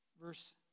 Verse